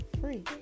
free